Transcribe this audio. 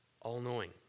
all-knowing